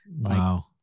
Wow